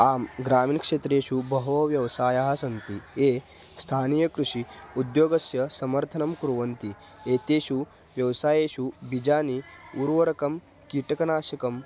आं ग्रामीणक्षेत्रेषु बहवः व्यवसायाः सन्ति ये स्थानीयकृषि उद्योगस्य समर्थनं कुर्वन्ति एतेषु व्यवसायेषु बीजानि ऊर्वरकं कीटकनाशकं